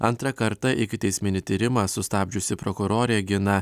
antrą kartą ikiteisminį tyrimą sustabdžiusi prokurorė gina